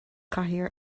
cathaoir